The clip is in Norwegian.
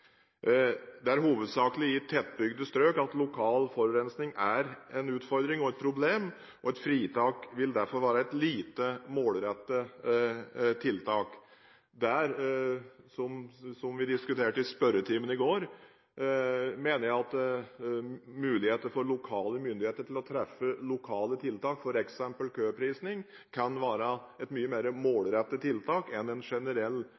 Det er hovedsakelig i tettbygde strøk at lokal forurensning er en utfordring og et problem, og et fritak vil derfor være et lite målrettet tiltak. Som vi diskuterte i spørretimen i går, mener jeg at muligheter for lokale myndigheter til å treffe lokale tiltak, f.eks. køprising, kan være et mye mer målrettet tiltak enn en generell